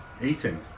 eating